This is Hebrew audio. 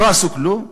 לא עשו כלום.